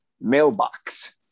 mailbox